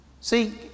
See